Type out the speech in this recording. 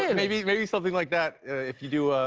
yeah maybe maybe something like that, if you do,